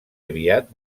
aviat